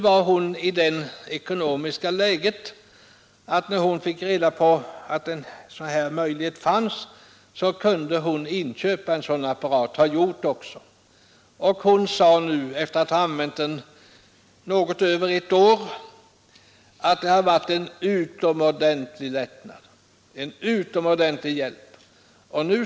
Hon hade sådana ekonomiska förhållanden att hon, när hon fick reda på att en sådan möjlighet fanns, kunde inköpa ifrågavarande apparat, och det gjorde hon också. Hon sade efter att ha använt den något över ett år, att den har varit till utomordentlig hjälp för henne.